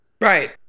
right